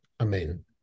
Amen